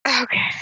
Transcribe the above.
Okay